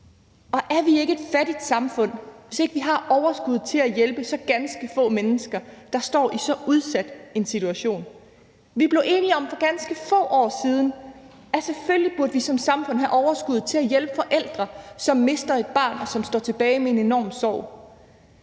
Og er vi ikke et fattigt samfund, hvis ikke vi har overskuddet til at hjælpe så ganske få mennesker, der står i så udsat en situation? Vi blev for ganske få år siden enige om, at vi som samfund selvfølgelig bør have overskud til at hjælpe forældre, som mister et barn, og som står tilbage med en enorm sorg.